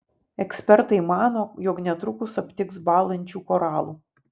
ekspertai mano jog netrukus aptiks bąlančių koralų